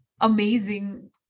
amazing